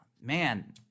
man